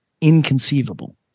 inconceivable